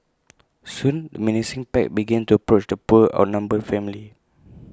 soon the menacing pack began to approach the poor outnumbered family